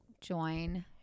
join